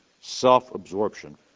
self-absorption